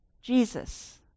Jesus